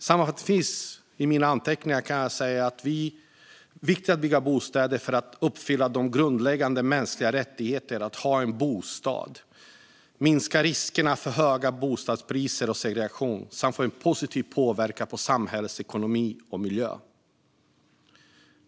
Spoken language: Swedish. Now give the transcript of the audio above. Sammanfattningsvis är det viktigt att bygga bostäder för att uppfylla den grundläggande mänskliga rättigheten att ha en bostad, för att minska riskerna för höga bostadspriser och segregation samt för att få en positiv påverkan på samhällets ekonomi och miljö.